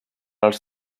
als